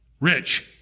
rich